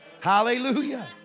Hallelujah